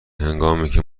هنگامیکه